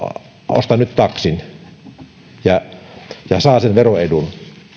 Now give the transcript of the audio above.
ostan nyt taksin jolloin saa sen veroedun